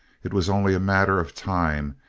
it was only a matter of time,